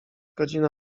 godzina